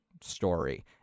story